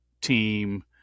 team